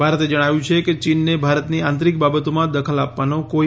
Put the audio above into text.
ભારતે જણાવ્યું છે કે ચીનને ભારતની આંતરિક બાબતોમાં દખલ આપવાનો કોઈ